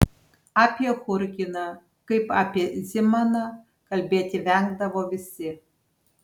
apie churginą kaip apie zimaną kalbėti vengdavo visi